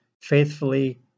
faithfully